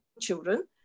children